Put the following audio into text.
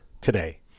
today